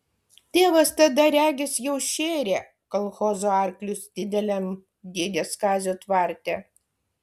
tėvas tada regis jau šėrė kolchozo arklius dideliam dėdės kazio tvarte